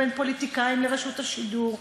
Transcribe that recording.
בין פוליטיקאים לרשות השידור.